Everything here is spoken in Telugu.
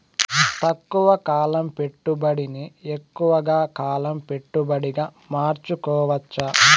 తక్కువ కాలం పెట్టుబడిని ఎక్కువగా కాలం పెట్టుబడిగా మార్చుకోవచ్చా?